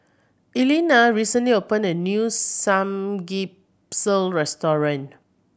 Elena recently opened a new Samgyeopsal restaurant